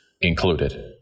included